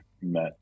met